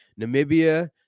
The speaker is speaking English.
Namibia